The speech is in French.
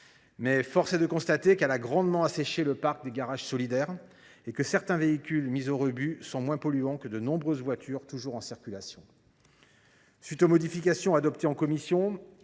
Mais force est de constater qu’elle a grandement asséché le parc des garages solidaires et que certains véhicules mis au rebut sont moins polluants que de nombreuses voitures toujours en circulation. Cette proposition de loi,